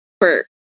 first